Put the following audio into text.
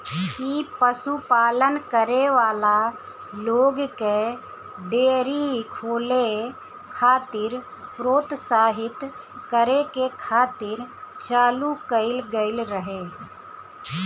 इ पशुपालन करे वाला लोग के डेयरी खोले खातिर प्रोत्साहित करे खातिर चालू कईल गईल रहे